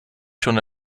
schon